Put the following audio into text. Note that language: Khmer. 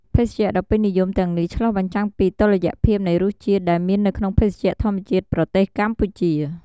ភេសជ្ជៈដ៏ពេញនិយមទាំងនេះឆ្លុះបញ្ចាំងពីតុល្យភាពនៃរសជាតិ ដែលមាននៅក្នុងភេសជ្ជៈធម្មជាតិប្រទេសកម្ពុជា។